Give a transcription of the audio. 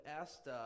asked